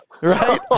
right